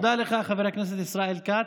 תודה לך, חבר הכנסת ישראל כץ.